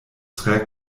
tre